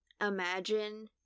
imagine